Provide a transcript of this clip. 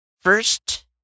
first